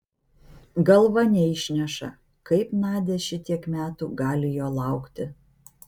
galva neišneša kaip nadia šitiek metų gali jo laukti